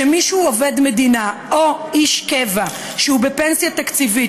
שמישהו שהוא עובד מדינה או איש קבע שהוא בפנסיה תקציבית,